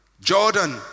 Jordan